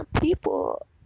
people